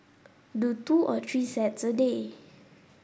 do two or three sets a day